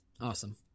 Awesome